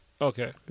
Okay